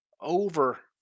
over